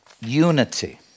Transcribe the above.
unity